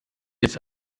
jetzt